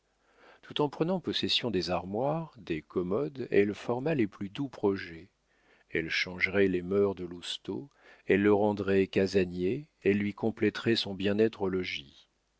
tout en prenant possession des armoires des commodes elle forma les plus doux projets elles changerait les mœurs de lousteau elle le rendrait casanier elle lui compléterait son bien-être